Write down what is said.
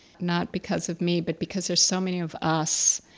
not because of me, but because there's so many of us,